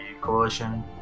coalition